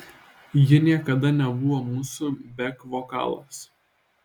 ji niekada nebuvo mūsų bek vokalas